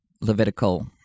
Levitical